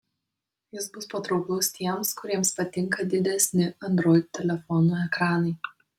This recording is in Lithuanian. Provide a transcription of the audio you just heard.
jis bus patrauklus tiems kuriems patinka didesni android telefonų ekranai